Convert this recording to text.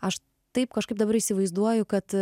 aš taip kažkaip dabar įsivaizduoju kad